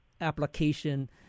application